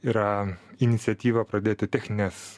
yra iniciatyva pradėti technines